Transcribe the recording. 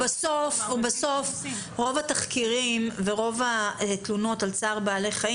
בסוף רוב התחקירים ורוב התאונות על צער בעלי חיים